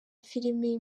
filimi